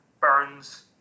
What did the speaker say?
burns